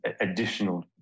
additional